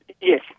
Yes